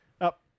Up